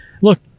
Look